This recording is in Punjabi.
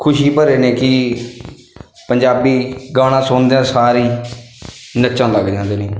ਖੁਸ਼ੀ ਭਰੇ ਨੇ ਕਿ ਪੰਜਾਬੀ ਗਾਣਾ ਸੁਣਦਿਆਂ ਸਾਰ ਹੀ ਨੱਚਣ ਲੱਗ ਜਾਂਦੇ ਨੇ